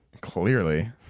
Clearly